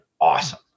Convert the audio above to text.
awesome